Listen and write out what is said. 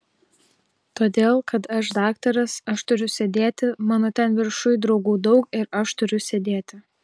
todėl kad aš daktaras aš turiu sėdėti mano ten viršuj draugų daug ir aš turiu sėdėti